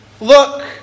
Look